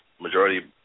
majority